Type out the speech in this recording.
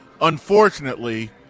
unfortunately